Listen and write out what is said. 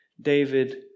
David